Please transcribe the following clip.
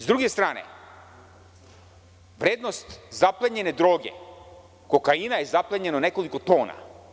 Sa druge strane, vrednost zaplenjene droge, kokaina je zaplenjeno nekoliko tona.